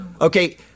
Okay